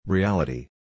Reality